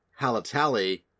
Halatali